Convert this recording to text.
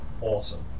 Awesome